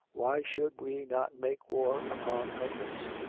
why should we not make war upon her grace?